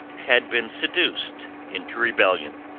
had been seduced into rebellion!